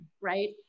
right